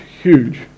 huge